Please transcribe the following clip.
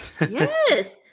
Yes